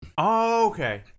Okay